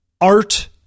art